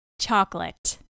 chocolate